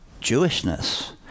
Jewishness